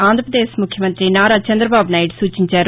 ఆంధ్రప్రదేశ్ ముఖ్యమంతి నారా చంద్రదబాబు నాయుడు సూచించారు